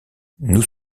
nous